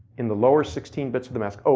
in the lower sixteen bits of the mask, oh,